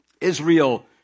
Israel